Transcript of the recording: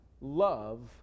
love